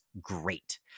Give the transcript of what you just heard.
great